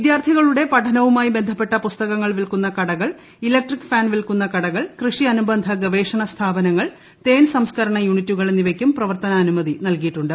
വിദ്യാർത്ഥികളുടെ പഠനവുമായി ബ്ലസ്സ്പെട്ട പുസ്തകങ്ങൾ വിൽക്കുന്ന കടകൾ ഇലക്ട്രിക്ഫാൻ പ്രിൽക്കുന്ന കടകൾ കൃഷി അനുബന്ധ ഗവേഷണ സ്മാപ്പനങ്ങൾ തേൻ സംസ്കരണ യൂണിറ്റുകൾ എന്നിവിയ്ക്കും പ്രവർത്തനാനുമതി നൽകിയിട്ടുണ്ട്